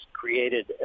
created